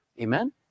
Amen